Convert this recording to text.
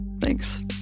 Thanks